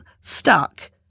stuck